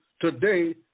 today